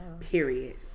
Period